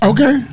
Okay